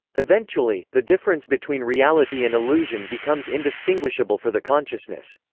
eventually, the difference between reality and illusion becomes indistinguishable for the consciousness.